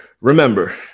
remember